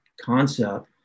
concept